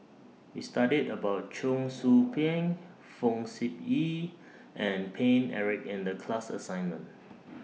We studied about Cheong Soo Pieng Fong Sip Chee and Paine Eric in The class assignment